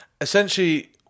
essentially